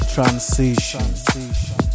Transition